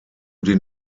den